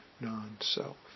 non-self